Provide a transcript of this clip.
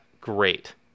great